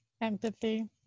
Empathy